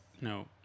no